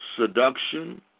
seduction